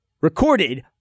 recorded